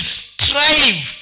strive